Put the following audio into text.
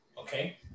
okay